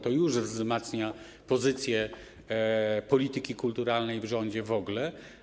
To już wzmacnia pozycję polityki kulturalnej w rządzie w ogóle.